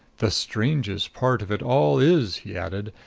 the strangest part of it all is, he added,